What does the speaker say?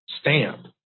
stamp